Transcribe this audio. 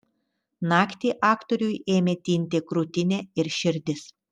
naktį aktoriui ėmė tinti krūtinė ir širdis